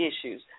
issues